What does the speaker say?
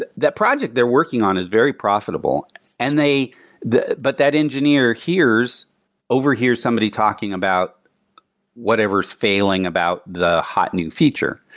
that that project they're working on is very profitable and they but that engineer hears overhear somebody talking about whatever's failing about the hot new feature.